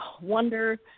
wonder